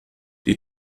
die